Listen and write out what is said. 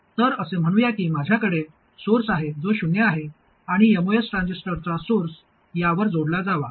तर असे म्हणूया की माझ्याकडे सोर्स आहे जो शून्य आहे आणि एमओएस ट्रान्झिस्टरचा सोर्स यावर जोडला जावा